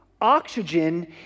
oxygen